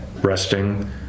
resting